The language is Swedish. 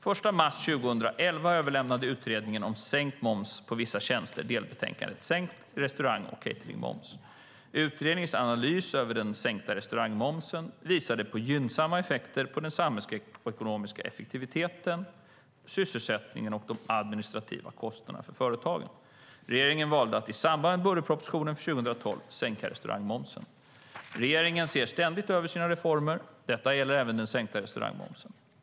Den 1 mars 2011 överlämnade Utredningen om sänkt moms på vissa tjänster delbetänkandet Sänkt restaurang och cateringmoms . Utredningens analys av den sänkta restaurangmomsen visade på gynnsamma effekter på den samhällsekonomiska effektiviteten, sysselsättningen och de administrativa kostnaderna för företagen. Regeringen valde att i samband med budgetpropositionen för 2012 sänka restaurangmomsen. Regeringen ser ständigt över sina reformer. Detta gäller även den sänkta restaurangmomsen.